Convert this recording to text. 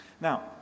Now